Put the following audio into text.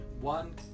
one